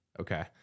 Okay